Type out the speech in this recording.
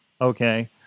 Okay